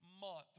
month